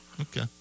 Okay